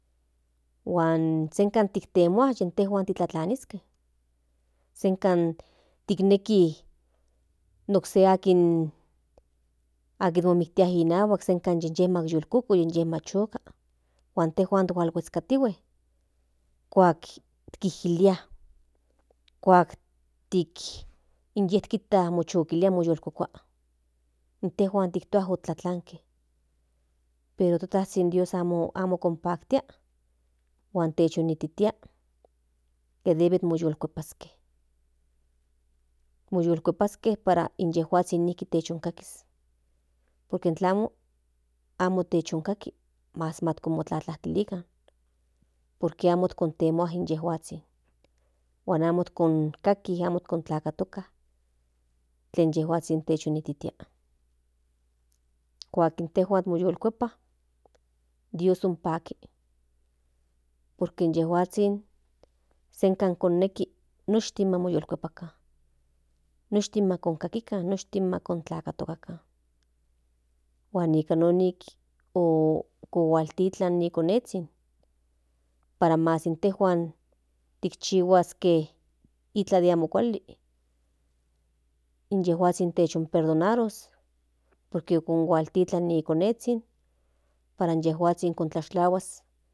Huan senka kintehuan intejuan kintlatlaniske senka kinneki okse akin momiktia inahuak senka inye machiuka mayulkukui huan tejuan mokilhuekatihuen kuak tikilia kuak ti inye kijta chokilia moyokokua intejuan tua kintlatlanke pero in to tazhin dios amo kinpaktia huan techonititia tlen debe moyulkuepaskepara inyejuazhin nijki techonyejkakaki por que inklamo amo techonkaki mas momatlajtilikan por que kintemua in yejuazhin huan amo konkaki amo kontakatoka ken yejuazhin otechonitia kuak intejuan moyolkuepa dios ompa akis por que inyejuazhin senka koneki noshtinmoyuekuepakan noshtin makokakikan noshtin makontlakatokakan huan nikanon ohualtiklan ni konenzhin para mas intejuan tikchihuaske iklan de amo kuali inyejuazhin otechperdonaros por que kihualtiklan no konenzhin para inyejuazhon kontlashtlahuas.